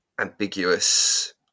ambiguous